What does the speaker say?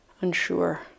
Unsure